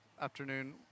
afternoon